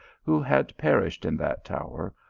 who had perished in that tower,